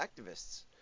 activists